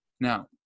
Now